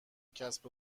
کسب